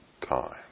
time